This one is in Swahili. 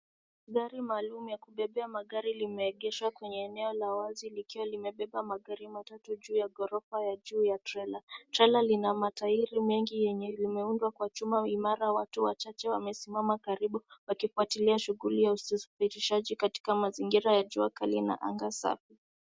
Gari maalum ya kubebea magari limeegeshwa kwenye eneo la wazi likiwa limebeba magari matatu juu ya ghorofa ya juu ya trela. Trela lina matairi mengi yenye imeundwa kwa chuma imara. Watu wachache wamesimama karibu wakifuatilia shughuli ya upitishaji katika mazingira ya jua kali na anga safi.